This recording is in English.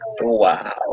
Wow